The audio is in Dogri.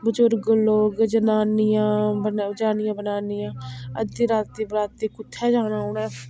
बुजुर्ग लोग जनानियां जनानियां बनानियां अद्धी रातीं बरातीं कुत्थें जाना उ'नें